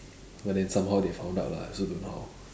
but then somehow they found out lah I also don't know how